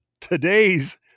today's